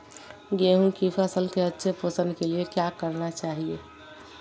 गेंहू की फसल के अच्छे पोषण के लिए क्या करना चाहिए?